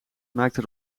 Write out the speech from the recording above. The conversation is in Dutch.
maakte